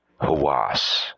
Hawass